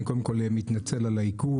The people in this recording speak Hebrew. אני קודם כל מתנצל על האיחור.